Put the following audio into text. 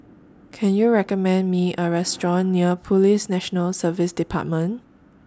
Can YOU recommend Me A Restaurant near Police National Service department